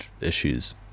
issues